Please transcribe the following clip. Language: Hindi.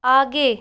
आगे